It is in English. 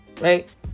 right